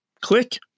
click